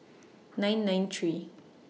nine nine three